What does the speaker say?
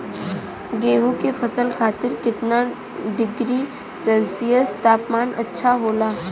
गेहूँ के फसल खातीर कितना डिग्री सेल्सीयस तापमान अच्छा होला?